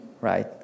right